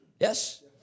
Yes